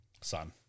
Son